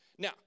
Now